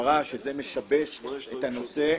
שמשבש את הנושא.